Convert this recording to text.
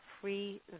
free